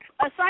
aside